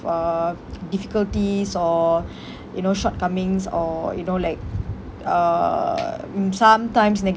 uh difficulties or you know shortcomings or you know like uh mm sometimes